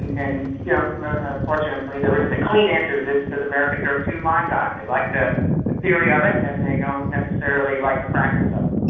and yeah ah unfortunately there isn't a clean answer to this because americans are of two minds on it they like the theory of it and they don't necessarily like the practice of it.